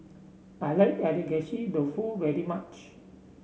I like Agedashi Dofu very much